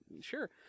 sure